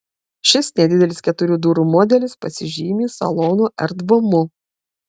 šis nedidelis keturių durų modelis pasižymi salono erdvumu